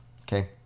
Okay